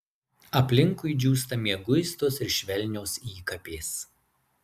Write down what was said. aplinkui džiūsta mieguistos ir švelnios įkapės